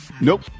Nope